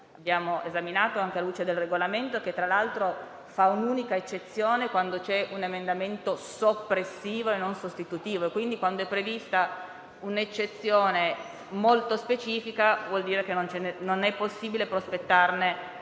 Abbiamo esaminato la questione anche alla luce del Regolamento, che tra l'altro fa un'unica eccezione quando c'è un emendamento soppressivo e non sostitutivo. Quindi, quando è prevista un'eccezione molto specifica, vuol dire che non è possibile prospettarne altri.